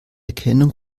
erkennung